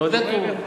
לעודד תרומה.